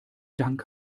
dank